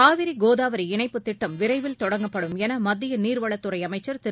காவிரி கோதாவரி இணைப்புத் திட்டம் விரைவில் தொடங்கப்படும் என மத்திய நீர்வளத்துறை அமைச்சர் திரு